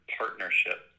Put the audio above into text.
partnership